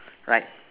right